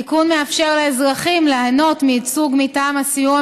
התיקון מאפשר לאזרחים ליהנות מייצוג מטעם הסיוע